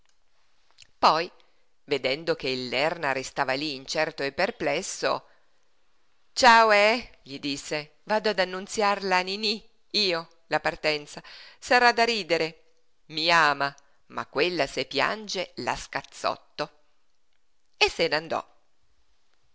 poi vedendo che il lerna restava lí incerto e perplesso ciao eh gli disse vado ad annunziarla a niní io la partenza sarà da ridere i ama ma quella se piange la scazzotto e se n'andò